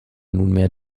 nunmehr